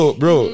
bro